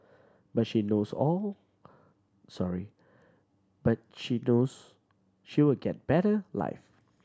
but she knows all sorry but she knows she will get better life